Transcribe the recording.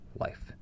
life